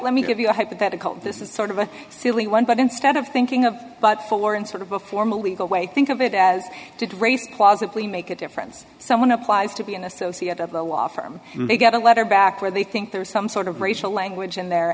let me give you a hypothetical this is sort of a silly one but instead of thinking of but for in sort of a formal legal way think of it as did race possibly make a difference someone applies to be an associate of the law firm and they get a letter back where they think there's some sort of racial language in there